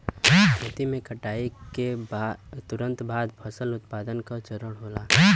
खेती में कटाई के तुरंत बाद फसल उत्पादन का चरण होला